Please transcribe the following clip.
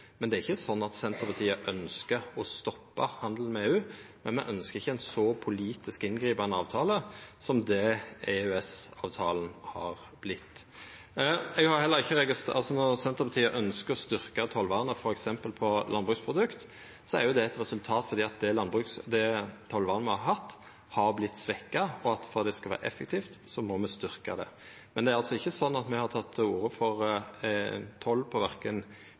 men me ønskjer ikkje ein så politisk inngripande avtale som det EØS-avtalen har vorte. Når Senterpartiet ønskjer å styrkja tollvernet på f.eks. landbruksprodukt, er det eit resultat av at det tollvernet me har hatt, har vorte svekt, og for at det skal vera effektivt, må me styrkja det. Men det er ikkje slik at me har teke til orde for toll verken på